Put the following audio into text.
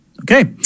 Okay